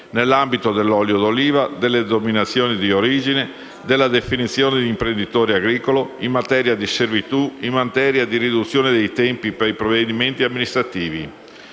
nell'ambito dell'olio d'oliva, delle denominazioni di origine, della definizione di imprenditore agricolo, in materia di servitù, in materia di riduzione dei tempi per i provvedimenti amministrativi.